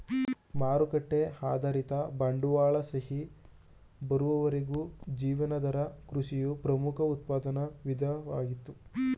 ಮಾರುಕಟ್ಟೆ ಆಧಾರಿತ ಬಂಡವಾಳಶಾಹಿ ಬರುವವರೆಗೂ ಜೀವನಾಧಾರ ಕೃಷಿಯು ಪ್ರಮುಖ ಉತ್ಪಾದನಾ ವಿಧಾನವಾಗಿತ್ತು